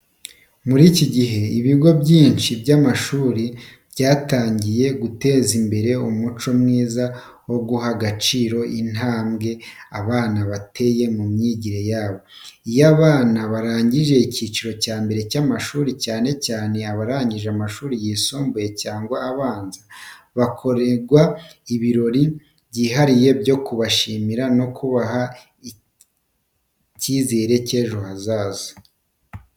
Muri iki gihe, ibigo byinshi by’amashuri byatangiye guteza imbere umuco mwiza wo guha agaciro intambwe abana bateye mu myigire yabo. Iyo abana barangije icyiciro cya mbere cy’amashuri, cyane cyane abarangije amashuri y'inshuke cyangwa abanza, bakorerwa ibirori byihariye byo kubashimira no kubaha icyizere cy’ejo hazaza.